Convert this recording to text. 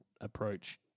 approach